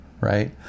Right